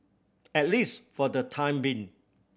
at least for the time being